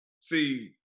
See